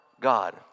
God